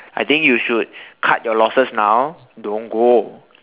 I think you should cut your losses now don't go